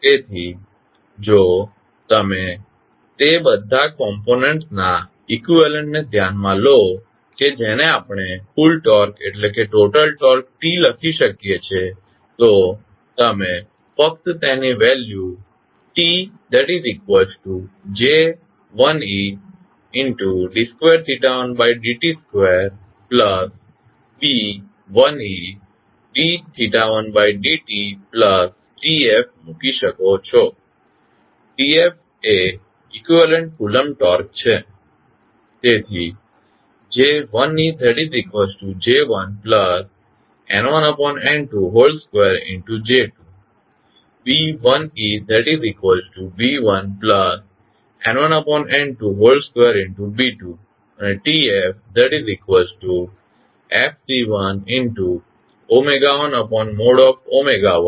તેથી જો તમે તે બધા કોમ્પોનંટ્સના ઇકવીવેલન્ટ ને ધ્યાનમાં લો કે જેને આપણે કુલ ટોર્ક T લખી શકીએ છે તો તમે ફક્ત તેની value TtJ1ed 21td t 2B1ed 1td tTF મૂકી શકો છો TF ઇકવીવેલન્ટ કુલંબ ટોર્ક છે